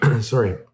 Sorry